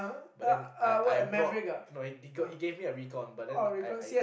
but then I I brought no he got he gave me a recon but then I I